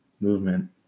movement